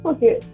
Okay